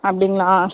அப்படிங்களா